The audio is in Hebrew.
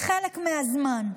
חלק מהזמן,